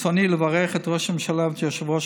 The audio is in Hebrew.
ברצוני לברך את ראש הממשלה ואת יושב-ראש